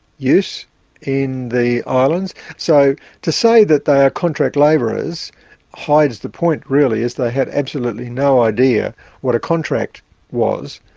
use in the ah islands. so to say that they are contract labourers hides the point really, is they had absolutely no idea what a contract was,